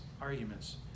arguments